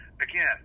again